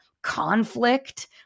conflict